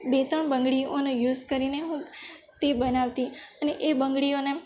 બે ત્રણ બંગડીઓને યુસ કરીને હું તે બનાવતી અને એ બંગડીઓને